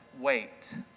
wait